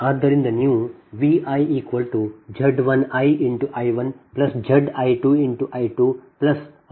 ಆದ್ದರಿಂದ ನೀವು ViZ1iI1Zi2I2ZiiIiIkZijIj IkZinIn VjZbIkVi